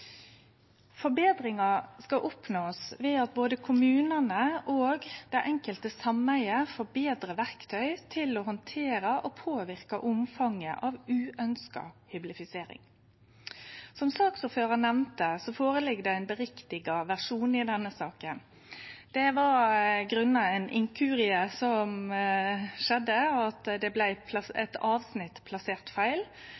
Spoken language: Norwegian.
skal oppnåast ved at både kommunane og det enkelte sameiget får betre verktøy til å handtere og påverke omfanget av uønskt hyblifisering. Som saksordføraren nemnde, føreligg det ein retta versjon av denne saka. Det var ved ein inkurie plassert eit avsnitt feil, slik at det